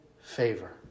favor